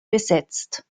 besetzt